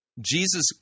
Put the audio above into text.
Jesus